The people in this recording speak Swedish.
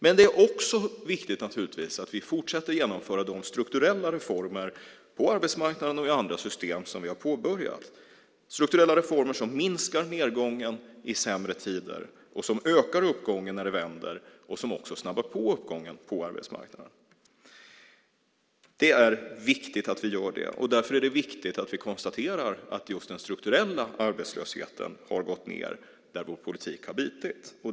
Men det är också viktigt att vi fortsätter genomföra de strukturella reformer på arbetsmarknaden och i andra system som vi har påbörjat. Det är reformer som minskar nedgången i sämre tider och ökar och snabbar på uppgången när det vänder på arbetsmarknaden. Det är viktigt att vi gör det, och därför är det viktigt att vi konstaterar att just den strukturella arbetslösheten har gått ned där vår politik har bitit.